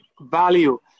value